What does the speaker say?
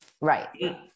Right